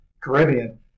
Caribbean